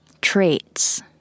traits